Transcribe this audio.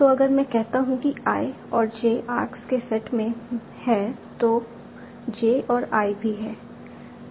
तो अगर मैं कहता हूं कि i और j आर्क्स के सेट में हैं तो j और i भी हैं